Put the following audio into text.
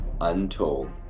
untold